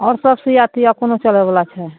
आओर सब सुइया तुइया कोनो चलयवला छै